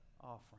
offering